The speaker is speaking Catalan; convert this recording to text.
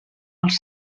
els